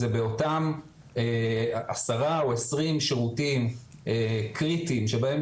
זה באותם עשרה או עשרים שירותים קריטיים שבהם